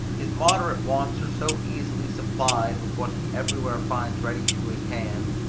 his moderate wants are so easily supplied with what he everywhere finds ready to his hand,